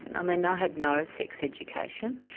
um and had no sex education.